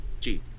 Jeez